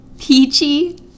Peachy